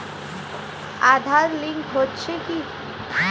Aadhaar link হচ্ছে কি?